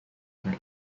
from